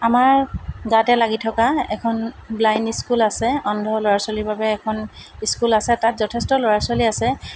আমাৰ গাতে লাগি থকা এখন ব্লাইণ্ড স্কুল আছে অন্ধ ল'ৰা ছোৱালীৰ বাবে এখন স্কুল আছে তাত যথেষ্ট ল'ৰা ছোৱালী আছে